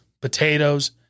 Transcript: potatoes